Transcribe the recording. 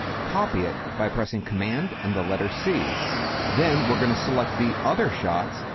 copy it by pressing command and the letter c then we're going to select the other shots,